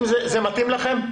זה מתאים לכם?